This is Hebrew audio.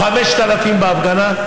או 5,000 בהפגנה,